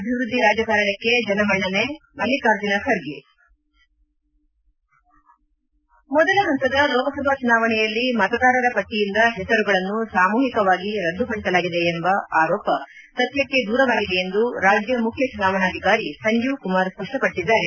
ಅಭಿವೃದ್ದಿ ರಾಜಕಾರಣಕ್ಕೆ ಜನಮನ್ನಣೆ ಮಲ್ಲಿಕಾರ್ಜುನ ಖರ್ಗೆ ಮೊದಲ ಹಂತದ ಲೋಕಸಭಾ ಚುನಾವಣೆಯಲ್ಲಿ ಮತದಾರರ ಪಟ್ಟಿಯಿಂದ ಹೆಸರುಗಳನ್ನು ಸಾಮೂಹಿಕವಾಗಿ ರದ್ದುಪಡಿಸಲಾಗಿದೆ ಎಂಬ ಆರೋಪ ಸತ್ಯಕ್ಷೆ ದೂರವಾಗಿದೆ ಎಂದು ರಾಜ್ಯ ಮುಖ್ಯ ಚುನಾವಣಾಧಿಕಾರಿ ಸಂಜೀವ್ ಕುಮಾರ್ ಸ್ಪಷ್ಟಪಡಿಸಿದ್ದಾರೆ